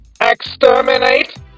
EXTERMINATE